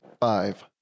Five